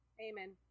amen